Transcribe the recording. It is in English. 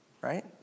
right